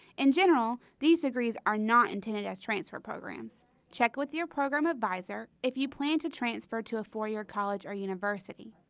in general these degrees are not intended as transfer programs check with your program advisor if you plan to transfer to a four-year college or university.